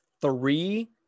three